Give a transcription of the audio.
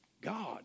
God